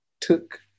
took